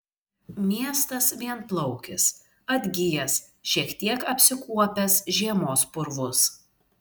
miestas vienplaukis atgijęs šiek tiek apsikuopęs žiemos purvus